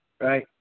right